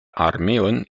armeon